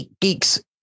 geeks